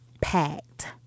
packed